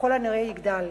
ככל הנראה יגדל.